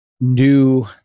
new